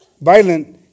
violent